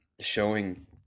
showing